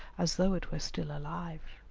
as though it were still alive.